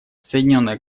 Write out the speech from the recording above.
соединенное